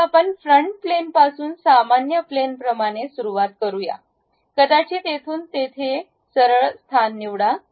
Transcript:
आता आपण फ्रंट प्लेनपासून सामान्य प्लेनप्रमाणे सुरुवात करूया कदाचित येथून तेथून सरळ स्थान निवडा